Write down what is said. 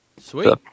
Sweet